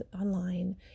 online